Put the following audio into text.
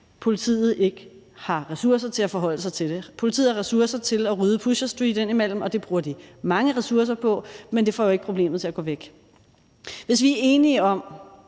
politiet ikke har ressourcer til at forholde sig til det. Politiet har ressourcer til at rydde Pusher Street indimellem, og det bruger de mange ressourcer på, men det får jo ikke problemet til at gå væk. Hvis vi er enige om,